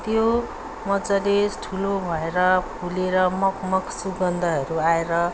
त्यो मज्जाले ठुलो भएर फुलेर मगमग सुगन्धहरू आएर